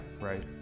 right